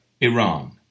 Iran